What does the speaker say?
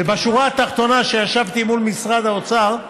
ובשורה התחתונה, כשישבתי מול משרד האוצר,